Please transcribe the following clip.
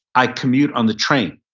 i commute on the train.